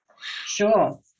Sure